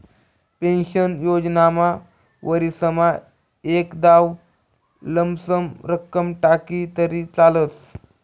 pension योजनामा वरीसमा एकदाव लमसम रक्कम टाकी तरी चालस